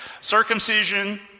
circumcision